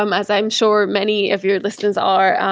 um as i'm sure, many of your listeners are,